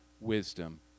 wisdom